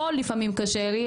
פה לפעמים קשה לי,